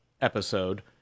episode